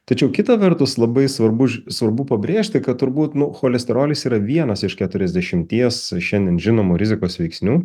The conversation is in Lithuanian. tačiau kita vertus labai svarbu svarbu pabrėžti kad turbūt nu cholesterolis yra vienas iš keturiasdešimties šiandien žinomų rizikos veiksnių